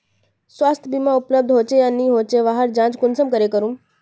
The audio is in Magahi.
स्वास्थ्य बीमा उपलब्ध होचे या नी होचे वहार जाँच कुंसम करे करूम?